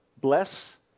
Bless